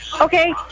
Okay